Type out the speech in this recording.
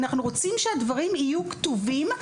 אנחנו רוצים שהדברים יהיו כתובים,